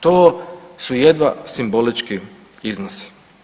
To su jedva simbolički iznosi.